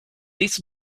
this